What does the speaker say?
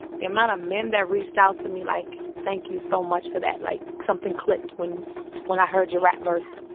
the amount of men that reached out to me, like, thank you so much for that. like, something clicked when when i heard your rap verse.